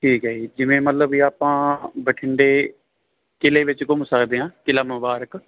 ਠੀਕ ਹੈ ਜੀ ਜਿਵੇਂ ਮਤਲਬ ਵੀ ਆਪਾਂ ਬਠਿੰਡੇ ਕਿਲ੍ਹੇ ਵਿੱਚ ਘੁੰਮ ਸਕਦੇ ਹਾਂ ਕਿਲ੍ਹਾ ਮੁਬਾਰਕ